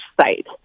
site